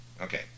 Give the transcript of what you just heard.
Okay